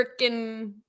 freaking